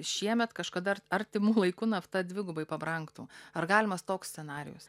šiemet kažkada ar artimu laiku nafta dvigubai pabrangtų ar galimas toks scenarijus